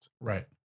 Right